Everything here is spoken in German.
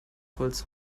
holz